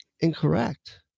incorrect